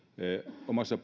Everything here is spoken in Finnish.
omassa